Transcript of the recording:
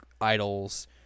idols